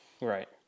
Right